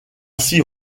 six